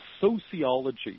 sociology